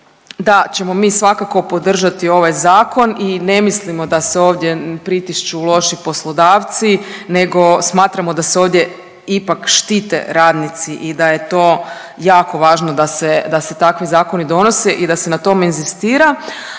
da ćemo mi svakako podržati ovaj zakon i ne mislimo da se ovdje pritišću loši poslodavci nego smatramo da se ovdje ipak štite radnici i da je to jako važno da se, da se takvi zakoni donose i da se na tome inzistira,